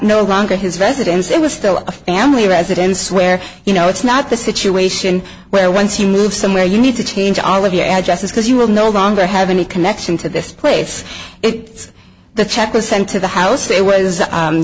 no longer his residence it was still a family residence where you know it's not the situation where once you move somewhere you need to change all of your addresses because you will no longer have any connection to this place it's the